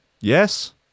Yes